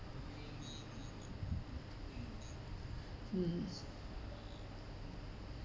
mm